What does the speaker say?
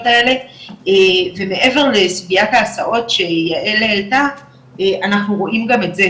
האלה ומעבר לסוגיית ההסעות שיעל העלתה אנחנו רואים גם את זה,